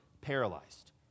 paralyzed